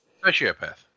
sociopath